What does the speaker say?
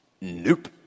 Nope